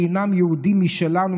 שהינם יהודים משלנו,